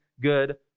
good